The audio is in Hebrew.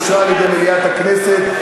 שאושרה על-ידי מליאת הכנסת,